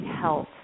health